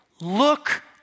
look